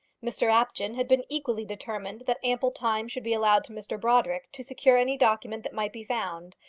mr apjohn had been equally determined that ample time should be allowed to mr brodrick to secure any document that might be found,